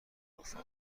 رفقا